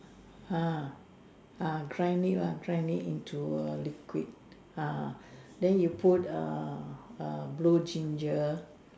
ah ah grind it lah grind it into a liquid ah then you put err blue ginger